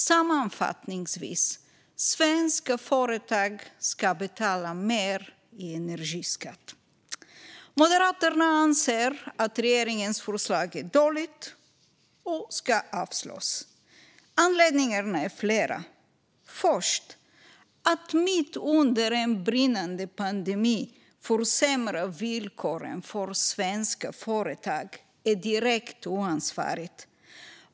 Sammanfattningsvis: Svenska företag ska betala mer i energiskatt. Moderaterna anser att regeringens förslag är dåligt och ska avslås. Anledningarna är flera. Först och främst är det direkt oansvarigt att mitt under en pandemi försämra villkoren för svenska företag.